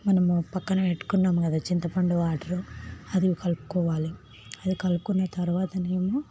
మనము పక్కన పెట్టుకున్నాము కదా చింతపండు వాటర్ అది కలుపుకోవాలి అది కలుపుకున్న తర్వాతనేమో